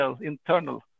internal